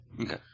Okay